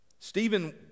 Stephen